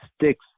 sticks